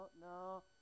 no